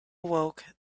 awoke